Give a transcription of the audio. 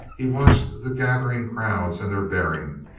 he watched the gathering crowds and their bearing,